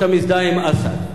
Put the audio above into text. שאתה מזדהה עם אסד,